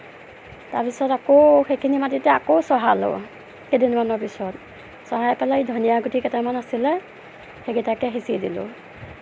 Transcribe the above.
তাৰপিছত আকৌ সেইখিনি মাটিতে আকৌ চহালোঁ কেইদিনমানৰ পিছত চহাই পেলাই ধনিয়া গুটি কেইটামান আছিলে সেইকেইটাকে সিচি দিলোঁ